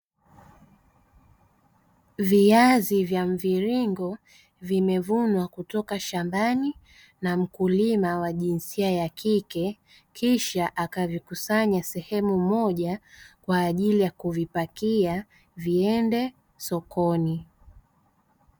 Viazi vya mviringo vimevunwa kutoka shambani na mkulima wa jinsia ya kike, kisha akavikusanya sehemu moja kwa ajili ya kuvipakia viende sokoni.